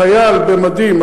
החייל, במדים.